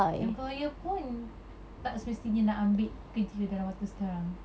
employer pun tak semestinya nak ambil kerja dalam waktu sekarang